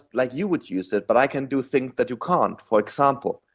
like you would use it, but i can do things that you can't. for example,